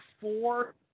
four